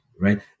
right